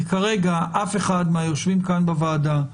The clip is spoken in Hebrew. כי כרגע אף אחד מהיושבים כאן בוועדה,